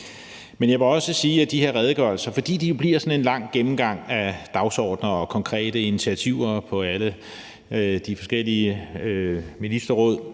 Men jeg vil også sige, at de her redegørelser, fordi de jo bliver sådan en lang gennemgang af dagsordener og konkrete initiativer i alle de forskellige ministerråd,